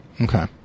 Okay